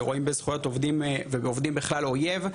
שרואים בזכויות עובדים ובעובדים בכלל אויב,